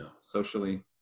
socially